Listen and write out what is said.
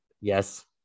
Yes